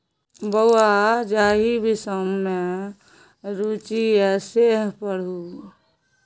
बौंआ जाहि विषम मे रुचि यै सैह पढ़ु